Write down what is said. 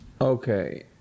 Okay